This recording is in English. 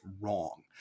wrong